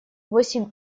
восемь